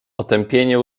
otępienie